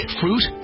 fruit